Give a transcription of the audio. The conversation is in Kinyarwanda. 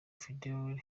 fidelis